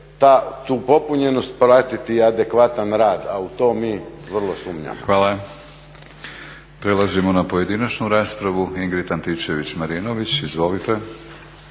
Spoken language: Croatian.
tu popunjenost pratiti i adekvatan rad, a u to mi vrlo sumnjamo. **Batinić, Milorad (HNS)** Hvala. Prelazimo na pojedinačnu raspravu. Ingrid Antičević-Marinović, izvolite.